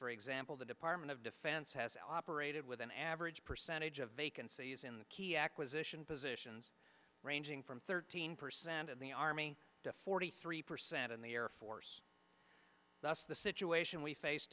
for example the department of defense has operated with an average percentage of vacancies in the key acquisition positions ranging from thirteen percent in the army to forty three percent in the air force thus the situation we face